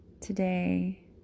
today